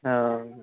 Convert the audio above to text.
हां